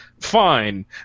Fine